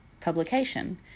publication